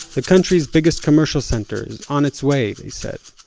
the country's biggest commercial center is on its way, they said,